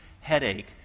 headache